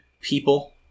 people